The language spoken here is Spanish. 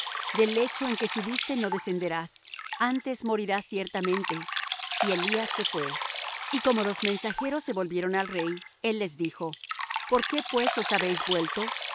del lecho en que subiste no descenderás antes morirás ciertamente y elías se fué y como los mensajeros se volvieron al rey él les dijo por qué pues os habéis vuelto